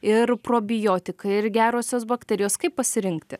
ir probiotikai ir gerosios bakterijos kaip pasirinkti